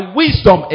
wisdom